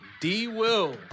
D-Will